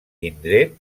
indret